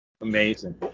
Amazing